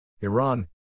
Iran